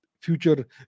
future